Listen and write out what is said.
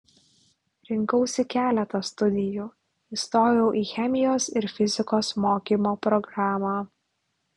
rinkausi keletą studijų įstojau į chemijos ir fizikos mokymo programą